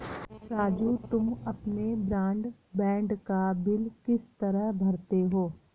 राजू तुम अपने ब्रॉडबैंड का बिल किस तरह भरते हो